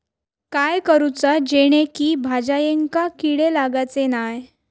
काय करूचा जेणेकी भाजायेंका किडे लागाचे नाय?